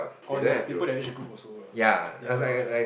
orh they have people that age group also uh ya correct lah